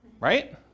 right